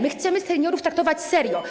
My chcemy seniorów traktować serio.